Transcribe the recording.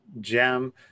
gem